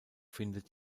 findet